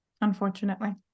unfortunately